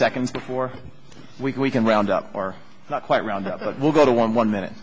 seconds before we can we can round up or not quite round we'll go to one one minute